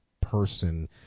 person